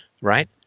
right